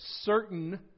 certain